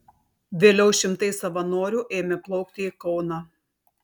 vėliau šimtai savanorių ėmė plaukti į kauną